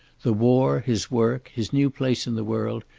the war, his work, his new place in the world,